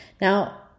now